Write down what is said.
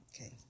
Okay